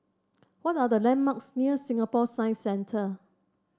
what are the landmarks near Singapore Science Centre